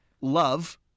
love